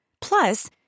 Plus